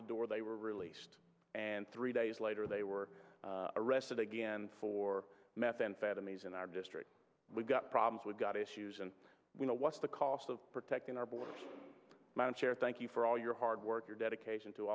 the door they were released and three days or they were arrested again for methamphetamines in our district we've got problems we've got issues and we know what's the cost of protecting our borders by a chair thank you for all your hard work your dedication to